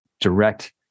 direct